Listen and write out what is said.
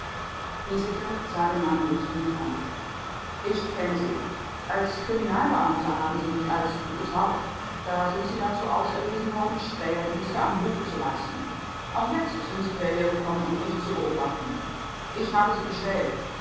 sah den mann durchdringend an ich kenne sie als kriminalbeamter haben sie nicht allzuviel getaugt da sind sie dazu auserlesen worden späherdienste am hofe zu leisten auch jetzt sind sie hierhergekommen um mich zu beobachten ich habe sie gestellt